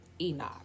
Enoch